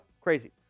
crazy